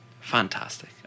fantastic